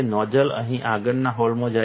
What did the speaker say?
nozzle અહીં આગળના હોલમાં જાય છે